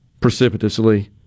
precipitously